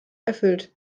erfüllt